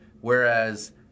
whereas